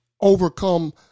overcome